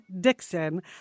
Dixon